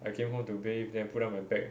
I came home to bathe then put down my bag